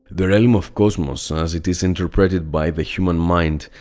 the realm of cosmos, as it is interpreted by the human mind,